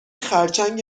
خرچنگ